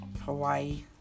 Hawaii